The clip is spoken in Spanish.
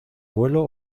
vuelo